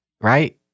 Right